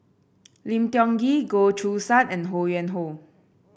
Lim Tiong Ghee Goh Choo San and Ho Yuen Hoe